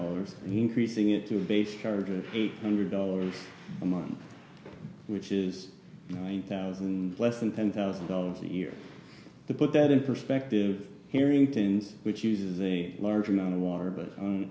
dollars increasing it to base charges eight hundred dollars a month which is one thousand and less than ten thousand dollars a year to put that in perspective carrington's which uses a large amount of water but u